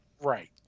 right